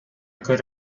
good